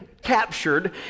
captured